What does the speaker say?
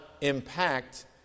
impact